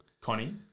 connie